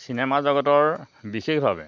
cinema জগতৰ বিশেষভাৱে